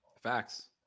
Facts